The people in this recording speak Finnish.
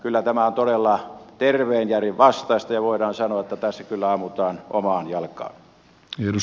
kyllä tämä on todella terveen järjen vastaista ja voidaan sanoa että tässä kyllä ammutaan omaan jalkaan